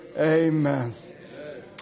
Amen